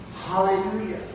Hallelujah